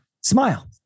Smile